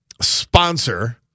sponsor